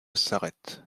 s’arrête